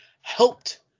helped